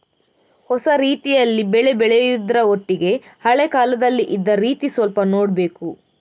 ಹೊಸ ರೀತಿಯಲ್ಲಿ ಬೆಳೆ ಬೆಳೆಯುದ್ರ ಒಟ್ಟಿಗೆ ಹಳೆ ಕಾಲದಲ್ಲಿ ಇದ್ದ ರೀತಿ ಸ್ವಲ್ಪ ನೋಡ್ಬೇಕು